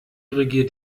regiert